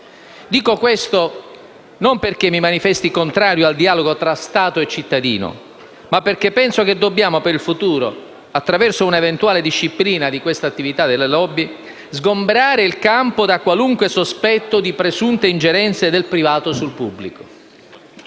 Dico questo non perché mi manifesti contrario al dialogo tra Stato e cittadino, ma perché penso che dobbiamo, per il futuro, attraverso un'eventuale disciplina delle attività di *lobby*, sgombrare il campo da qualunque sospetto di presunte ingerenze del privato sul pubblico.